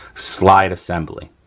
slide assembly.